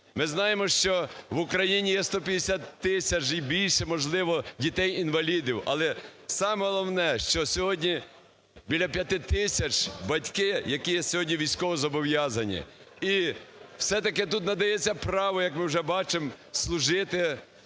Ми знаємо, що в Україні є 150 тисяч і більше, можливо, дітей-інвалідів, але саме головне, що сьогодні біля 5 тисяч батьки, які сьогодні військовозобов'язані, і все-таки тут надається право, як ми вже бачимо, служити